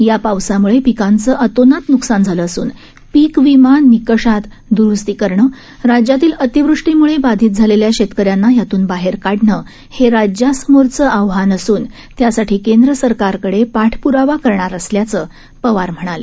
या पावसामुळे पिकांचं अतोनात न्कसान झालं असून पिक विमा निकषात दुरुस्ती करणं राज्यातील अतिवृष्टीमुळे बाधित झालेल्या शेतकऱ्यांना यातून बाहेर काढणं हे राज्यासमोरील आव्हान असून त्यासाठी केंद्र सरकारकडे पाठप्रावा करणार असल्याचं पवार म्हणाले